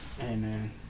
Amen